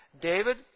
David